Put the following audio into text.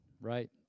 right